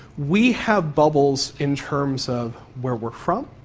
we have bubbles in terms of where we are from,